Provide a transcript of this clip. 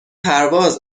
پرواز